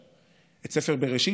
את ספר בראשית,